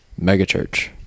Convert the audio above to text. megachurch